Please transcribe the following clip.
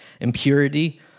impurity